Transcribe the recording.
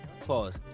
Pause